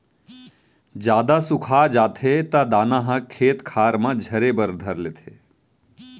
जादा सुखा जाथे त दाना ह खेत खार म झरे बर धर लेथे